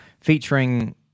Featuring